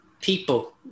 people